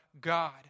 God